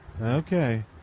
Okay